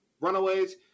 runaways